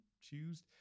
choose